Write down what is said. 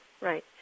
right